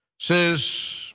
says